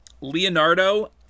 Leonardo